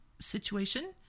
situation